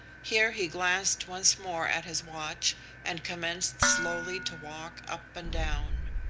here he glanced once more at his watch and commenced slowly to walk up and down.